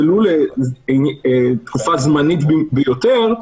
ולו לתקופה זמנית ביותר,